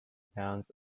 pounds